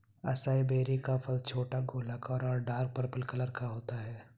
acai berry का फल छोटा, गोलाकार और डार्क पर्पल कलर का होता है